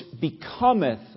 becometh